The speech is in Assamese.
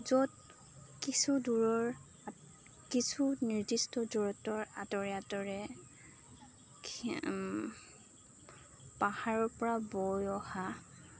য'ত কিছু দূৰৰ কিছু নিৰ্দিষ্ট দূৰত্বৰ আঁতৰে আঁতৰে পাহাৰৰপৰা বৈ অহা